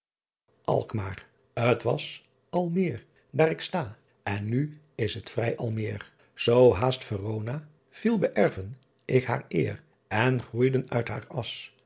lckmaer t as l eer daer ick sta en nu is t vry al meer oo haest erone viel beërfden ick haer eer n groeyden uit haer s